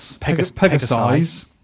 Pegasus